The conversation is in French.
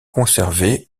conservé